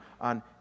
on